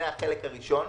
זה החלק הראשון.